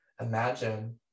imagine